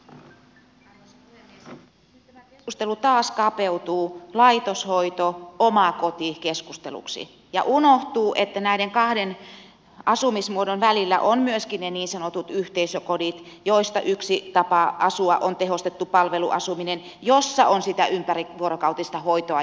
nyt tämä keskustelu taas kapeutuu laitoshoito oma koti keskusteluksi ja unohtuu että näiden kahden asumismuodon välillä ovat myöskin ne niin sanotut yhteisökodit joista yksi tapa asua on tehostettu palveluasuminen jossa on sitä ympärivuorokautista hoitoa ja hoivaa